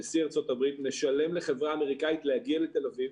שנשיא ארה"ב משלם לחברה אמריקאית להגיע לתל אביב,